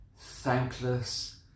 Thankless